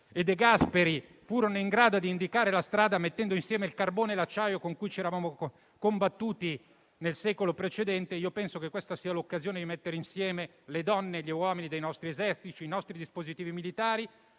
e De Gasperi furono in grado di indicare la strada mettendo insieme il carbone e l'acciaio, per cui c'eravamo combattuti nel secolo precedente, questa sia l'occasione di mettere insieme le donne e gli uomini dei nostri eserciti e i nostri dispositivi militari